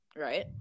right